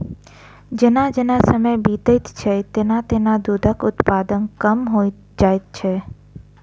जेना जेना समय बीतैत छै, तेना तेना दूधक उत्पादन कम होइत जाइत छै